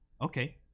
Okay